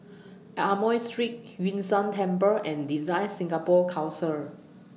Amoy Street Yun Shan Temple and DesignSingapore Council